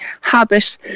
habit